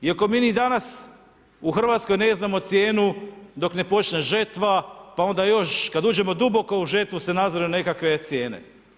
Iako mi ni danas u Hrvatskoj ne znamo cijenu dok ne počne žetva, pa onda još, kada uđemo duboko u žetvu se nadziru nekakve cijene.